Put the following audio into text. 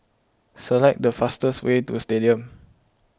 select the fastest way to Stadium